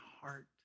heart